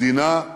מדינה,